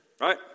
Right